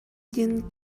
диэн